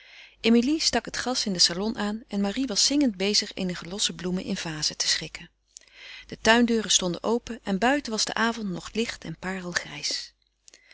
emilie stak het gas in den salon aan en marie was zingend bezig eenige losse bloemen in vazen te schikken de tuindeuren stonden open en buiten was de avond nog licht en